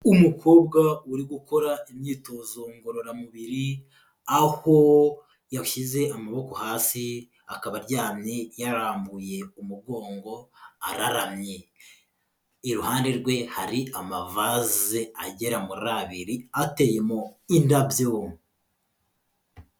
Umukobwa uri gukora imyitozo ngororamubiri, aho yashyize amaboko hasi, akaba aryamye yarambuye umugongo araramye. Iruhande rwe hari amavase agera muri abiri ateyemo indabyo.